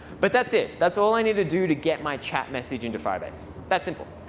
but that's it. that's all i need to do to get my chat message into firebase. that simple.